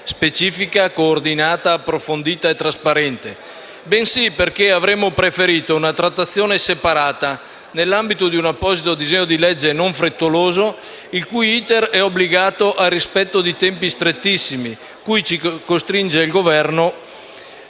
specifica, coordinata, approfondita e trasparente. Ne avremmo, però, preferito una trattazione separata, nell'ambito di un apposito disegno di legge non frettoloso, il cui *iter* non fosse obbligato al rispetto di tempi strettissimi cui ci costringe il Governo,